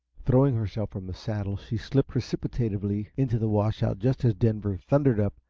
throwing herself from the saddle, she slid precipitately into the washout just as denver thundered up,